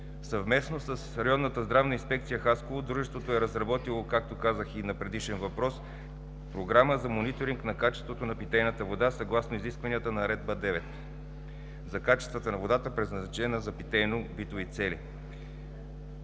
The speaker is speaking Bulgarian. Съвместно с Районната здравна инспекция – Хасково, дружеството е разработило, както споменах и в предишен въпрос, Програма за мониторинг на качеството на питейната вода съгласно изискванията на Наредба № 9 за качествата на водата, предназначена за питейно битови цели.